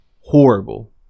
horrible